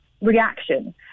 reaction